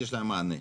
יש להם מענה.